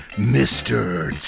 Mr